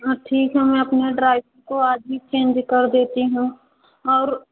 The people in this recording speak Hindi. हाँ ठीक है मैं अपने ड्राइवर को आज ही चेंज कर देती हूँ और